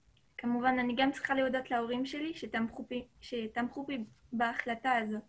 כמובן אני גם צריכה להודות להורים שלי שתמכו בי בהחלטה הזאת